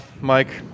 Mike